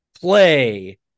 Play